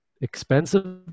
expensive